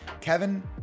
Kevin